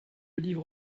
livre